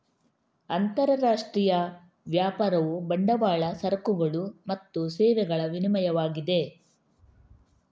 ಅಂತರರಾಷ್ಟ್ರೀಯ ವ್ಯಾಪಾರವು ಬಂಡವಾಳ, ಸರಕುಗಳು ಮತ್ತು ಸೇವೆಗಳ ವಿನಿಮಯವಾಗಿದೆ